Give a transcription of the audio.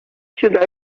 should